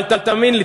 אבל תאמין לי,